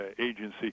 agency